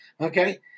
Okay